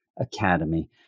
Academy